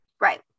Right